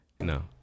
No